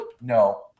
No